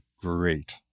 great